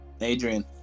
Adrian